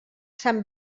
sant